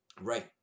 Right